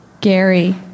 Gary